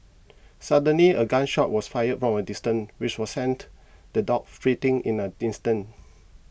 suddenly a gun shot was fired from a distance which were sent the dogs fleeing in a instant